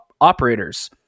operators